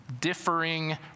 differing